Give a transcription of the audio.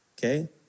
Okay